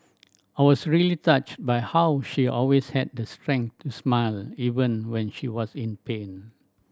I was really touched by how she always had the strength to smile even when she was in pain